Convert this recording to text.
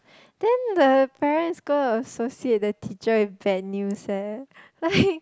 then the parents go associate the teacher with bad news eh like